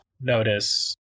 notice